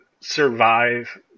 survive